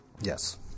Yes